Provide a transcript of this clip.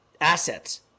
assets